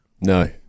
No